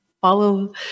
follow